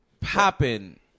popping